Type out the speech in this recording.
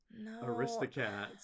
Aristocats